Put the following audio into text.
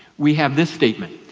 we have this statement,